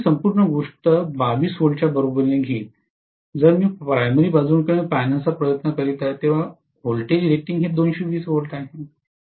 तर मी ही संपूर्ण गोष्ट 22 V च्या बरोबरीने घेईन जर मी प्राथमिक बाजूंकडून पाहण्याचा प्रयत्न करीत आहे जेव्हा V रेटिंग 220 V आहे